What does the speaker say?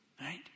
Right